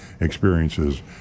experiences